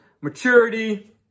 maturity